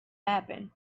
happen